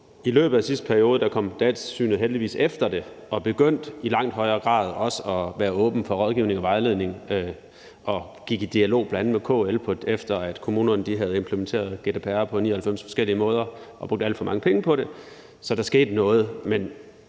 I løbet af sidste periode kom Datatilsynet heldigvis efter det og begyndte i langt højere grad også at være åben for rådgivning og vejledning og gik i dialog med bl.a. KL, efter at kommunerne havde implementeret GDPR på 99 forskellige måder og brugt alt for mange penge på det. Så der skete noget, men